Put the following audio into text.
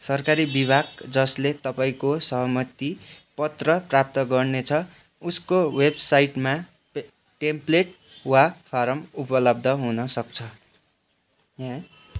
सरकारी विभाग जसले तपाईँँको सहमति पत्र प्राप्त गर्नेछ उसको वेबसाइटमा टेम्प्लेट वा फारम उपलब्ध हुन सक्छ